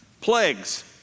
Plagues